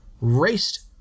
raced